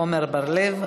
עמר בר-לב,